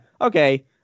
okay